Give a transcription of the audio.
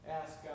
ask